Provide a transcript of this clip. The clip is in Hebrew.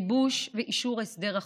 לגיבוש ואישור של הסדר החוב.